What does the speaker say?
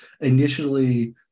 initially